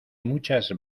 muchas